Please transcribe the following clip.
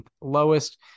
lowest